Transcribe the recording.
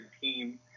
team